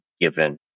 given